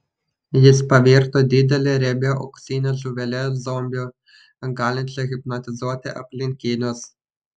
jis pavirto didele riebia auksine žuvele zombiu galinčia hipnotizuoti aplinkinius